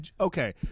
okay